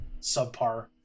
subpar